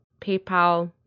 PayPal